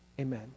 amen